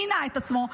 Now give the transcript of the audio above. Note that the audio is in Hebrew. מינה את עצמו,